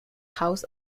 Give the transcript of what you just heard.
house